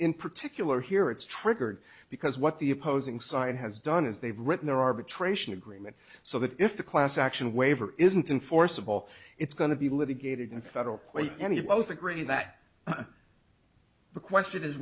in particular here it's triggered because what the opposing side has done is they've written their arbitration agreement so that if the class action waiver isn't enforceable it's going to be litigated in federal court and you both agree that the question is